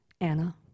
Anna